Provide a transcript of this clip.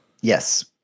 Yes